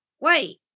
Wait